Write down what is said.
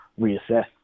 reassess